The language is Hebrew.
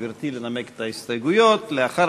המועד להנחת חוק התקציב על-ידי הממשלה הוא לא יאוחר